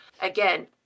Again